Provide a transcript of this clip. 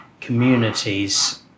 communities